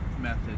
method